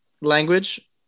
language